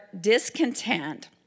discontent